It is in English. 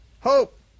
Hope